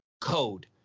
code